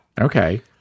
Okay